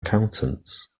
accountants